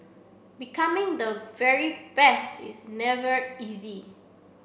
becoming the very best is never easy